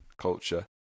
culture